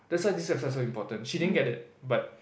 that's why this is so important she didn't get it but